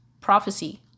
prophecy